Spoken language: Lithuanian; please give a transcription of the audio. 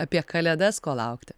apie kalėdas ko laukti